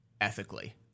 ethically